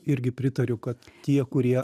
irgi pritariu kad tie kurie